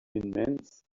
immense